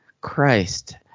Christ